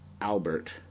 Albert